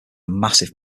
massive